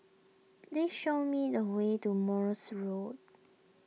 please show me the way to Morse Road